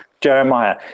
Jeremiah